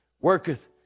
worketh